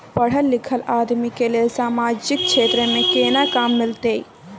पढल लीखल आदमी के लेल सामाजिक क्षेत्र में केना काम मिलते?